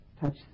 touch